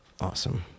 awesome